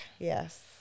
Yes